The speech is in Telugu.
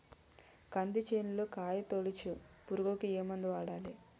కంది చేనులో కాయతోలుచు పురుగుకి ఏ మందు వాడాలి?